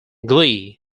glee